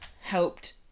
helped